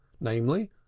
namely